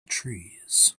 trees